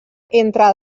entre